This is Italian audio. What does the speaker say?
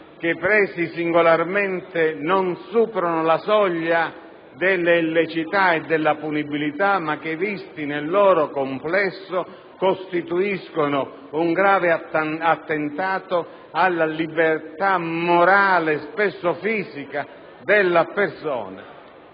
che presi singolarmente non superano la soglia dell'illiceità e della punibilità ma che visti nel loro complesso costituiscono un grave attentato alla libertà morale e spesso fisica della persona.